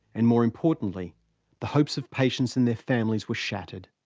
and more importantly the hopes of patients and their families were shattered.